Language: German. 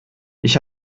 ich